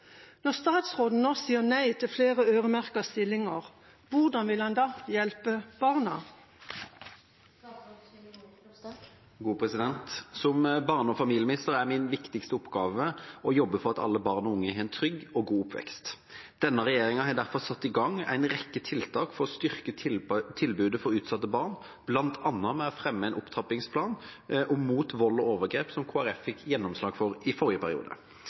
Når statsråden nå sier nei til flere øremerka stillinger, hvordan vil han da hjelpe barna?» Som barne- og familieminister er min viktigste oppgave å jobbe for at alle barn og unge har en trygg og god oppvekst. Denne regjeringa har derfor satt i gang en rekke tiltak for å styrke tilbudet for utsatte barn, bl.a. ved å fremme en opptrappingsplan mot vold og overgrep, som Kristelig Folkeparti fikk gjennomslag for i forrige periode.